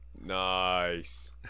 Nice